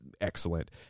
excellent